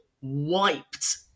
wiped